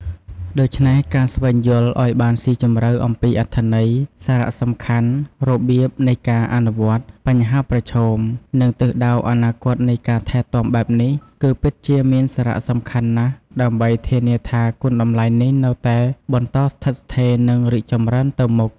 ដូច្នេះ ការស្វែងយល់ឱ្យបានស៊ីជម្រៅអំពីអត្ថន័យ សារៈសំខាន់ របៀបនៃការអនុវត្ត បញ្ហាប្រឈម និងទិសដៅអនាគតនៃការថែទាំបែបនេះ គឺពិតជាមានសារៈសំខាន់ណាស់ ដើម្បីធានាថាគុណតម្លៃនេះនៅតែបន្តស្ថិតស្ថេរ និងរីកចម្រើនទៅមុខ។